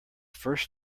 first